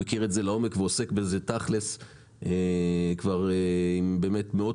הוא מכיר את זה לעומק ועוסק בזה תכלס כבר עם מאות